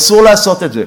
אסור לעשות את זה.